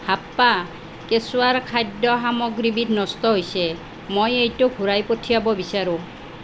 হাপ্পা কেঁচুৱাৰ খাদ্য় সামগ্ৰীবিধ নষ্ট হৈছে মই এইটো ঘূৰাই পঠিয়াব বিচাৰোঁ